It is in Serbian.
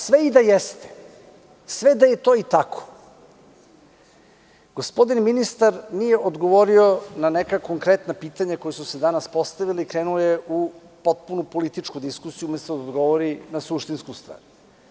Sve i da jeste, sve da je to tako, gospodin ministar nije odgovorio na neka konkretna pitanja koja su se danas postavila i krenuo je u potpunu političku diskusiju, umesto da odgovori na suštinsku stvar.